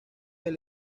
del